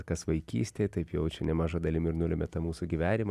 kas vaikystėj taip jau čia nemaža dalimi ir nulemia tą mūsų gyvenimą